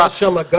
יש גם,